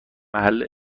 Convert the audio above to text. محل